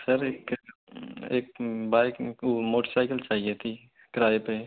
sir ये एक एक बाइक मोटरसाइकिल चाहिए थी किराए पे